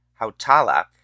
Hautala